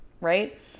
right